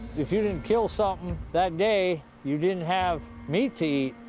if you didn't kill something that day, you didn't have meat to eat.